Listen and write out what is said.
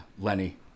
Lenny